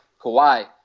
Kawhi